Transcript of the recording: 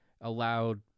allowed